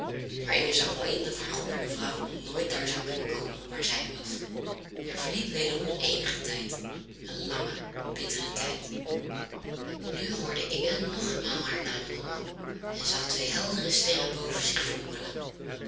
maar inge zag wel in dat haar goede mevrouw nooit daar zou kunnen komen waar zij was er verliep wederom eenige tijd een lange bittere tijd nu hoorde inge nog eenmaal haar naam noemen en zag twee heldere sterren boven zich